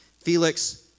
Felix